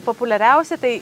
populiariausi tai